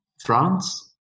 France